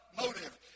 motive